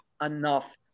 enough